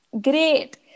great